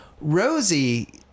Rosie